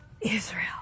Israel